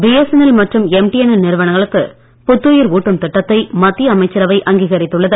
BSNL மற்றும் MTNL நிறுவனங்களுக்கு புத்துயிர் ஊட்டும் திட்டத்தை மத்திய அமைச்சரவை அங்கீகரித்துள்ளது